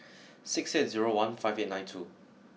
six eight zero one five eight nine two